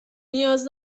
نیاز